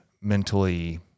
mentally